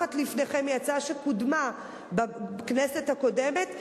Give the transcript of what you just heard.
שמונחת לפניכם היא הצעה שקודמה בכנסת הקודמת,